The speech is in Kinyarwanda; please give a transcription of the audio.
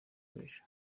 w’ejo